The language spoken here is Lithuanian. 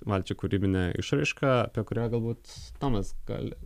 valčik kūrybinė išraiška apie kurią galbūt tomas gali